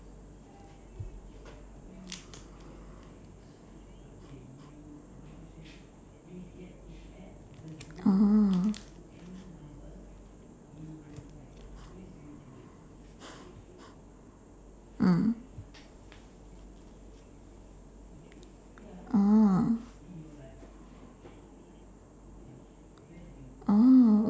oh mm oh oh